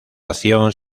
acción